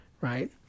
Right